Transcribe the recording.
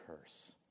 curse